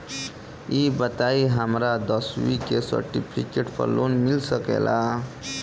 ई बताई हमरा दसवीं के सेर्टफिकेट पर लोन मिल सकेला?